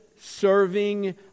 serving